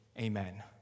Amen